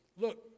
Look